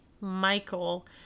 Michael